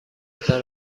تان